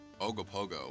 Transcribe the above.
Ogopogo